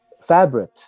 fabric